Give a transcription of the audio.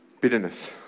Bitterness